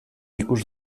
ikus